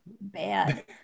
bad